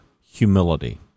humility